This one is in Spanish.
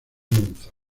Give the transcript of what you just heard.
monza